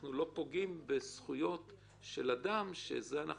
אנחנו לא פוגעים בזכויות של אדם שאנחנו